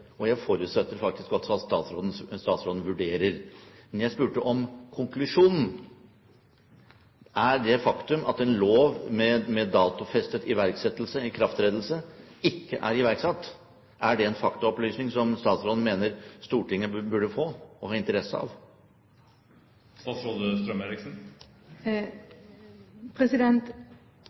om. Jeg forutsetter at departementet arbeider. Jeg forutsetter at statsråden arbeider. Og jeg forutsetter faktisk at statsråden vurderer. Men jeg spurte om konklusjonen. Er det faktum at en lov med datofestet ikrafttredelse ikke er iverksatt, en faktaopplysning som statsråden mener Stortinget burde få og ha interesse av?